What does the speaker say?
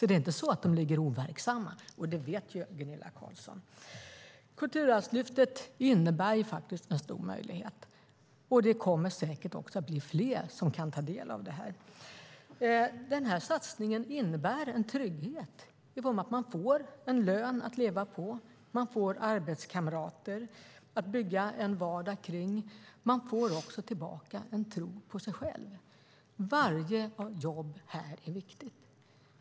Det är inte så att de ligger overksamma, och det vet Gunilla Carlsson. Kulturarvslyftet innebär en stor möjlighet, och det kommer säkert att bli fler som kan ta del av det. Den här satsningen innebär en trygghet i form av att man får en lön att leva på och arbetskamrater att bygga en vardag kring. Man får också tillbaka en tro på sig själv. Varje jobb här är viktigt.